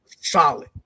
solid